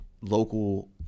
local